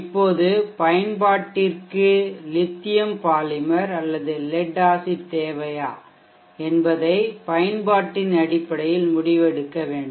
இப்போது பயன்பாட்டிற்கு lithium polymer அல்லது லெட் ஆசிட் தேவையா என்பதை பயன்பாட்டின் அடிப்படையில் முடிவெடுக்க வேண்டும்